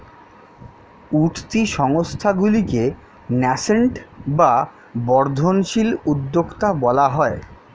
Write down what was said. উঠতি সংস্থাগুলিকে ন্যাসেন্ট বা বর্ধনশীল উদ্যোক্তা বলা হয়